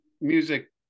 music